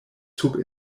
sub